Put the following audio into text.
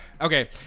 Okay